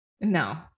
No